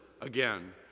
again